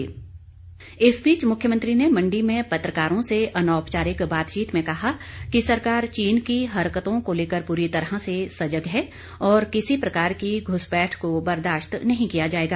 जयराम इस बीच मुख्यमंत्री ने मंडी में पत्रकारों से अनौपचारिक बातचीत में कहा कि सरकार चीन की हरकतों को लेकर पूरी तरह से सजग है और किसी प्रकार की घूसपैठ को बर्दाशत नहीं किया जाएगा